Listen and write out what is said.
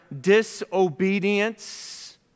disobedience